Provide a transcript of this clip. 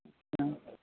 اچّھا